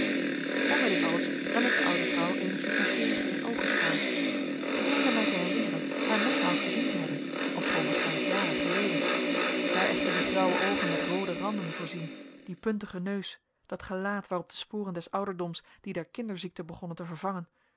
onder dit alles nam ik de oude vrouw eenigszins nauwkeuriger in oogenschouw ik meende mij te herinneren haar nogmaals gezien te hebben ofschoon waarschijnlijk jaren geleden daar echter die grauwe oogen met roode randen voorzien die puntige neus dat gelaat waarop de sporen des ouderdoms die der kinderziekte begonnen te vervangen